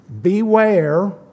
Beware